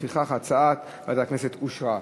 לפיכך הצעת ועדת הכנסת אושרה.